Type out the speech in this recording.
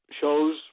shows